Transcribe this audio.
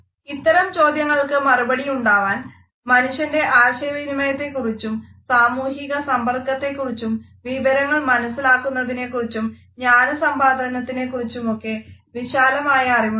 ഇത്തരം ചോദ്യങ്ങൾക്കു മറുപടിയുണ്ടാവാൻ മനുഷ്യൻറെ ആശയവിനിമയത്തെക്കുറിച്ചും സാമൂഹിക സമ്പർക്കത്തെക്കുറിച്ചും വിവരങ്ങൾ മനസിലാകുന്നതിനെക്കുറിച്ചും ജ്ഞാനസമ്പാദനത്തെക്കുറിച്ചും ഒക്കെ വിശാലമായ അറിവുണ്ടാകണം